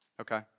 Okay